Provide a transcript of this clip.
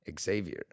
Xavier